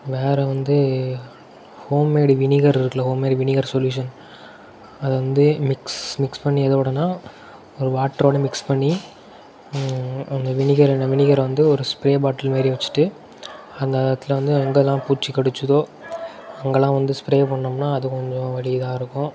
வேறே வந்து homemade vinegar இருக்குல்ல ஹோம்மேட் வினிகர் சொல்யூஷன் அதை வந்து மிக்ஸ் மிக்ஸ் பண்ணி எதோடுனா ஒரு வாட்டரோடு மிக்ஸ் பண்ணி அந்த வினிகரை வினிகரை வந்து ஒரு ஸ்ப்ரே பாட்டில் மாதிரி வச்சுட்டு அந்த இடத்துல வந்து எங்கேலாம் பூச்சி கடிச்சுதோ அங்கேலாம் வந்து ஸ்ப்ரே பண்ணோம்னால் அது கொஞ்சம் வலி இதாக இருக்கும்